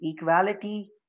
equality